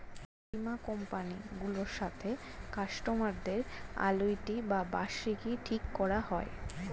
বীমা কোম্পানি গুলোর সাথে কাস্টমার দের অ্যানুইটি বা বার্ষিকী ঠিক করা হয়